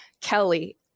Kelly